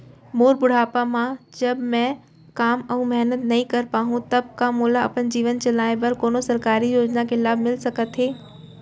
मोर बुढ़ापा मा जब मैं काम अऊ मेहनत नई कर पाहू तब का मोला अपन जीवन चलाए बर कोनो सरकारी योजना के लाभ मिलिस सकत हे?